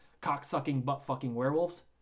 Cock-Sucking-Butt-Fucking-Werewolves